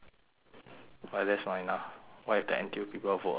but that's not enough what if the N_T_U people vote among themselves